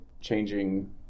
changing